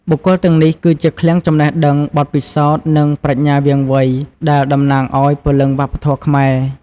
បុគ្គលទាំងនេះ គឺជាឃ្លាំងចំណេះដឹង បទពិសោធន៍ និងប្រាជ្ញាវាងវៃ ដែលតំណាងឱ្យព្រលឹងវប្បធម៌ខ្មែរ។